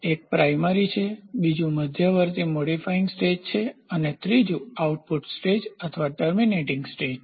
એક પ્રાઇમરીપ્રાથમિક છે બીજું મધ્યવર્તી મોડિફાઇંગ સ્ટેજ છે અને ત્રીજું આઉટપુટ સ્ટેજ અથવા ટર્મિનેટિંગ સ્ટેજ છે